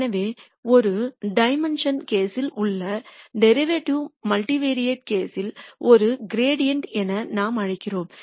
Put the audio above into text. எனவே ஒரு டைமென்ஷுன் கேஸ்யில் உள்ள டெரிவேட்டிவ் மல்டிவெரைட் கேஸ்யில் ஒரு கிரேடயன்ட் என நாம் அழைக்கிறோம்